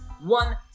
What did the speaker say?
One